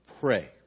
Pray